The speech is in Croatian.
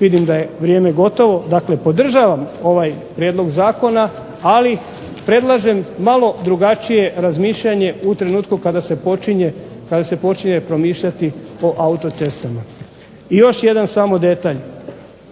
vidim da je vrijeme gotovo. Dakle, podržavam ovaj prijedlog zakona, ali predlažem malo drugačije razmišljanje u trenutku kada se počinje promišljati o autocestama. I još jedan samo detalj.